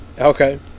Okay